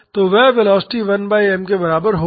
तो वह velocity 1 by m के बराबर होगी